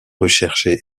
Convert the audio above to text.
recherchés